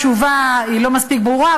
התשובה לא מספיק ברורה,